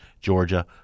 Georgia